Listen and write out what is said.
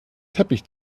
teppich